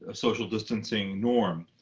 ah social distancing norm.